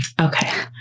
okay